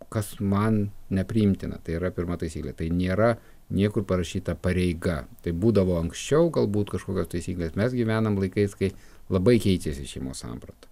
kas man nepriimtina tai yra pirma taisyklė tai nėra niekur parašyta pareiga taip būdavo anksčiau galbūt kažkokios taisyklės mes gyvenam laikais kai labai keičiasi šeimos samprata